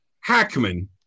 Hackman